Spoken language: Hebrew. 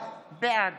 בעד